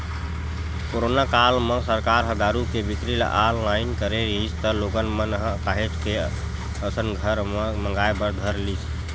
corona काल म सरकार ह दारू के बिक्री ल ऑनलाइन करे रिहिस त लोगन मन ह काहेच के अपन घर म मंगाय बर धर लिस